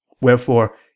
Wherefore